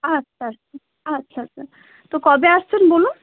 আচ্ছা আচ্ছা আচ্ছা আচ্ছা তো কবে আসছেন বলুন